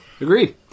Agreed